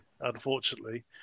unfortunately